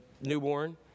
newborn